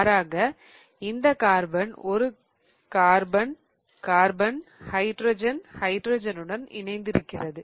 மாறாக இந்த கார்பன் ஒரு கார்பன் கார்பன் ஹைட்ரஜன் ஹைட்ரஜன் உடன் இணைந்து இருக்கிறது